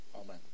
Amen